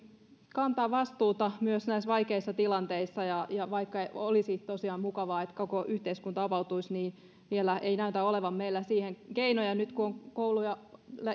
kantaa vastuuta myös näissä vaikeissa tilanteissa ja ja vaikka olisi tosiaan mukavaa että koko yhteiskunta avautuisi niin vielä ei näytä olevan meillä siihen keinoja ja nyt kun kouluja